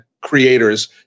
creators